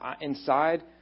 inside